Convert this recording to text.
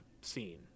scene